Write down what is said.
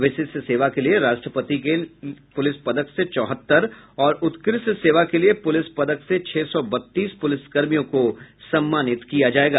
विशिष्ठ सेवा के लिए राष्ट्रपति के पुलिस पदक से चौहत्तर और उत्कृष्ट सेवा के लिए पुलिस पदक से छह सौ बत्तीस पुलिस कर्मियों को सम्मानित किया जायेगा